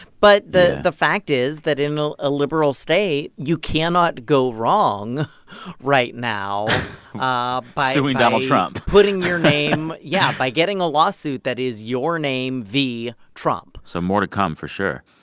but the. yeah. the fact is that, in ah a liberal state, you cannot go wrong right now ah by. suing donald trump putting your name yeah, by getting a lawsuit that is your name v. trump some more to come for sure.